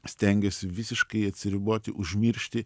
stengiuosi visiškai atsiriboti užmiršti